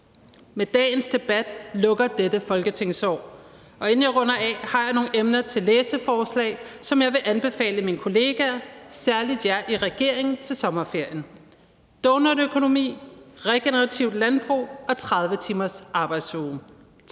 Med dagens debat lukker dette folketingsår, og inden jeg runder af, har jeg nogle forslag til læseemner, som jeg vil anbefale mine kollegaer, særlig jer i regeringen, til sommerferien: doughnutøkonomi, regenerativt landbrug og en 30-timers arbejdsuge. Tak